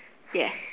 yes